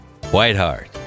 Whiteheart